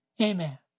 Amen